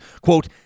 quote